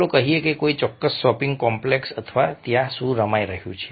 ચાલો કહીએ કે કોઈ ચોક્કસ શોપિંગ કોમ્પ્લેક્સ અથવા ત્યાં શું રમાઈ રહ્યું છે